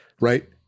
right